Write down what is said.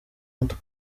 mutwe